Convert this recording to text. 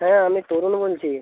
হ্যাঁ আমি তরুণ বলছি